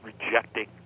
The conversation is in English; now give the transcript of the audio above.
rejecting